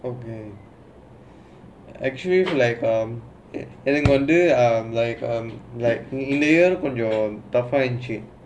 okay actually like um எனக்கு வந்தே:enakku vanthae like um like near your tougher and cheap